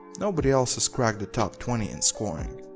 nobody else has cracked the top twenty in scoring.